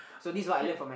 okay